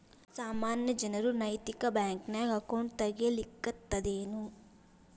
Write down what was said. ಸಾಮಾನ್ಯ ಜನರು ನೈತಿಕ ಬ್ಯಾಂಕ್ನ್ಯಾಗ್ ಅಕೌಂಟ್ ತಗೇ ಲಿಕ್ಕಗ್ತದೇನು?